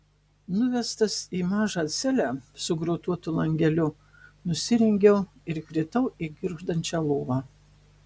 nuvestas į mažą celę su grotuotu langeliu nusirengiau ir kritau į girgždančią lovą